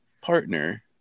partner